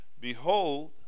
Behold